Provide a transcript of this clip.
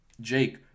Jake